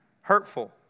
hurtful